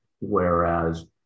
whereas